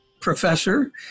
professor